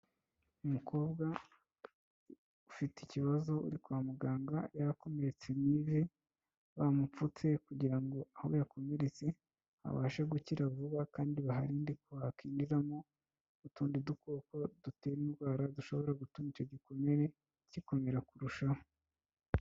Umukobwa ufite ikibazo, uri kwa muganga yakomeretse mu ivi, bamupfutse kugira ngo aho yakomeretse, abashe gukira vuba kandi baharinde ko hakwinjiramo, utundi dukoko dutera indwara dushobora gutuma icyo gikomere gikomera kurushaho.